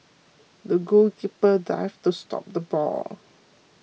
the goalkeeper dived to stop the ball